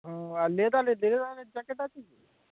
ও আর লেখারের লেখারের জ্যাকেট আছে তো